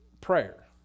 prayer